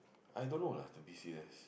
I don't know lah to be serious